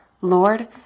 Lord